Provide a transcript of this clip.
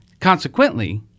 Consequently